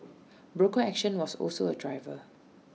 broker action was also A driver